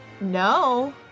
No